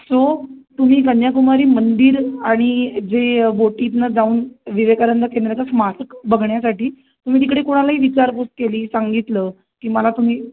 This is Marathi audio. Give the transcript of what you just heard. सो तुम्ही कन्याकुमारी मंदिर आणि जे बोटीतून जाऊन विवेकानंद केंद्राचा स्मारक बघण्यासाठी तुम्ही तिकडे कोणालाही विचारपूस केली सांगितलं की मला तुम्ही